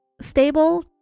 stable